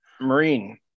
Marine